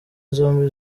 zombi